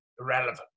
Irrelevant